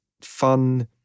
fun